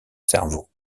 cerveau